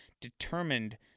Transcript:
determined